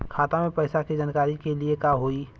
खाता मे पैसा के जानकारी के लिए का होई?